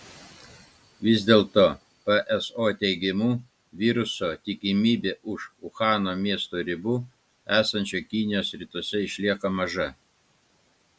vis dėl to pso teigimu viruso tikimybė už uhano miesto ribų esančio kinijos rytuose išlieka maža